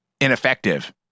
ineffective